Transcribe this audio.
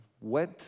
went